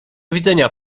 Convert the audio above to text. widzenia